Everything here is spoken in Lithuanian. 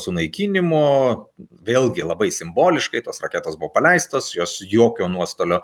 sunaikinimo vėlgi labai simboliškai tos raketos buvo paleistos jos jokio nuostolio